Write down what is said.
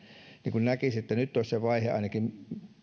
niin näkisin että nyt olisi se vaihe ainakin